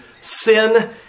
sin